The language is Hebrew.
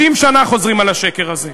90 שנה חוזרים על השקר הזה.